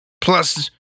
Plus